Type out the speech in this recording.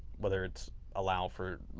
whether it's allow for